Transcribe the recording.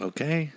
Okay